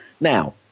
Now